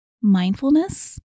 mindfulness